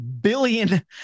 billion